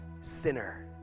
sinner